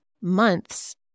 months